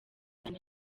itanu